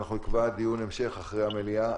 נקבע דיון המשך אחרי המליאה.